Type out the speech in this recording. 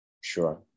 sure